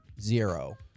Zero